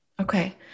Okay